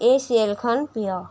এই ছিৰিয়েলখন প্ৰিয়